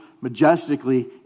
majestically